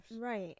Right